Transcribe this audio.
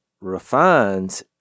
refines